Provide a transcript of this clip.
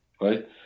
right